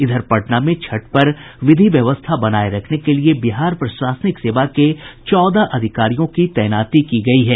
इधर पटना में छठ पर विधि व्यवस्था बनाये रखने के लिए बिहार प्रशासनिक सेवा के चौदह अधिकारियों की तैनाती की गयी है